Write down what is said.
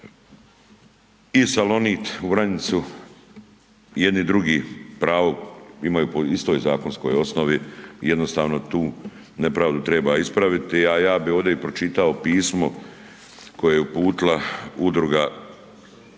i Salonit u Vranjicu i jedni drugi pravo imaju po istoj zakonskoj osnovi, jednostavno tu nepravdu treba ispraviti, a ja bi ovdje i pročitao pismo koje je uputila Udruga Biglovi